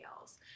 else